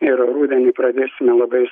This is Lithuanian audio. ir rudenį pradėsime labai